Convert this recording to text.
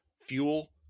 fuel